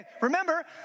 remember